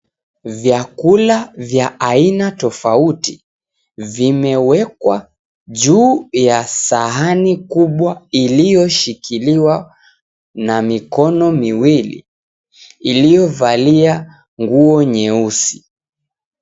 Vyakula vya aina tofauti vimewekwa juu ya sahani kubwa iliyoshikiliwa na mikono miwili iliyovalia nguo nyeusi.